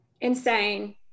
Insane